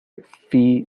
fee